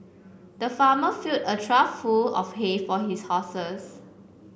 the farmer filled a trough full of hay for his horses